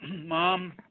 mom